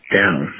down